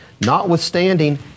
notwithstanding